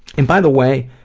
and by the way,